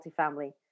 multifamily